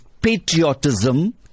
patriotism